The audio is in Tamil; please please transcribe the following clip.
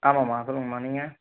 ஆமாம்மா சொல்லுங்கமா நீங்கள்